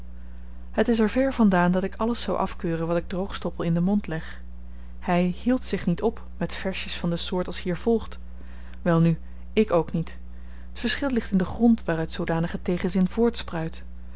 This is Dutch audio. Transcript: het is er ver vandaan dat ik alles zou afkeuren wat ik droogstoppel in den mond leg hy hield zich niet op met versjes van de soort als hier volgt welnu ik ook niet t verschil ligt in den grond waaruit zoodanige tegenzin